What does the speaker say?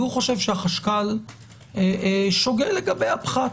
והוא חושב שהחשכ"ל שוגה לגבי הפחת,